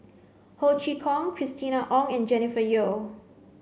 Ho Chee Kong Christina Ong and Jennifer Yeo